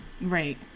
Right